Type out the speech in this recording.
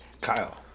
Kyle